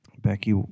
Becky